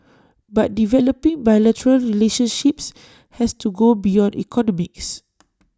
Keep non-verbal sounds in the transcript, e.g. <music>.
but developing bilateral relationships has to go beyond economics <noise>